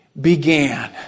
began